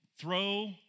throw